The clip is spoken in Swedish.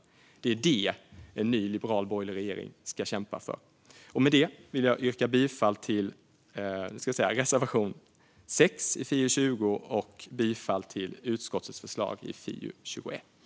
Det är detta som en ny, liberal och borgerlig regering ska kämpa för. Med detta vill jag yrka bifall till reservation 6 i FiU20 och till utskottets förslag i FiU21.